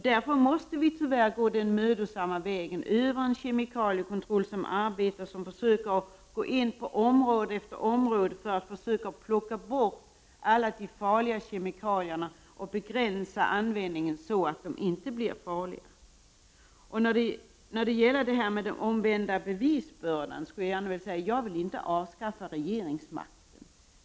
Därför måste vi tyvärr gå den mödosamma vägen över en kemikaliekontroll som går in på område efter område för att försöka plocka bort alla farliga kemikalier — och begränsa användningen så att de inte blir farliga. I frågan om den omvända bevisbördan vill jag säga att jag inte önskar avskaffa regeringsmakten.